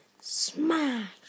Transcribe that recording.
smash